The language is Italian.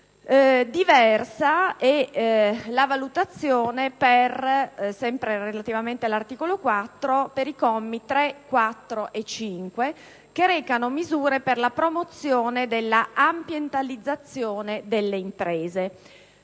all'articolo 4, per i commi 3, 4 e 5, che recano misure per la promozione dell'ambientalizzazione delle imprese.